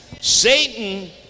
Satan